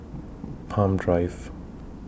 Palm Drive